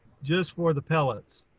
just for the pellets.